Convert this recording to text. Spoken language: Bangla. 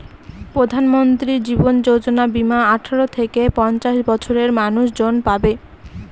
প্রধানমন্ত্রী জীবন যোজনা বীমা আঠারো থেকে পঞ্চাশ বছরের মানুষজন পাবে